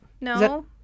No